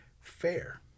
fair